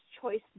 choice